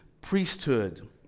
priesthood